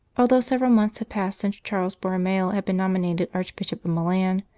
although several months had passed since charles borromeo had been nominated arch bishop of milan,